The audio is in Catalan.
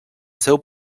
seu